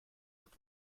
und